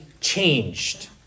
changed